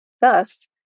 Thus